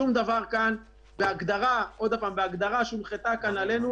שום דבר כאן, בהגדרה שהונחתה עלינו,